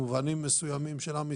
ובמובנים מסוימים, של עם ישראל,